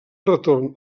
retorn